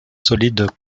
solides